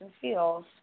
feels